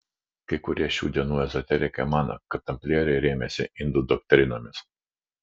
kai kurie šių dienų ezoterikai mano kad tamplieriai rėmėsi indų doktrinomis